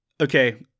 okay